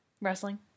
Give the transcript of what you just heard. wrestling